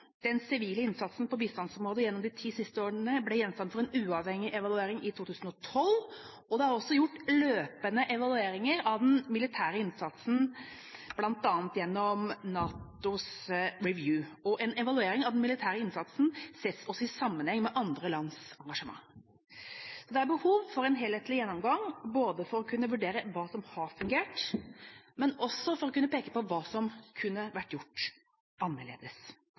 Den sivile innsatsen på bistandsområdet gjennom de ti siste årene ble gjenstand for en uavhengig evaluering i 2012, og det er også gjort løpende evalueringer av den militære innsatsen, bl.a. gjennom NATOs Periodic Mission Reviews. En evaluering av den militære innsatsen ses også i sammenheng med andre lands engasjement. Det er behov for en helhetlig gjennomgang, ikke bare for å kunne vurdere hva som har fungert, men også for å kunne peke på hva som kunne vært gjort annerledes.